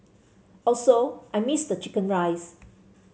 also I missed chicken rice